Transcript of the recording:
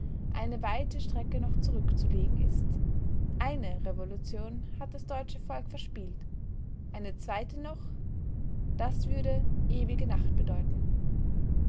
eine weite strecke noch zurückzulegen ist eine revolution hat das deutsche volk verspielt eine zweite noch das würde ewige nacht bedeuten